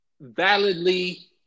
validly